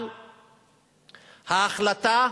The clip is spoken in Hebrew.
על ההחלטה